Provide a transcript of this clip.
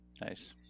nice